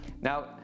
Now